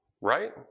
right